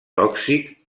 tòxic